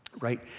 right